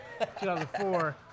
2004